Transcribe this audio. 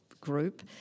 group